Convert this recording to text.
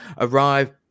arrive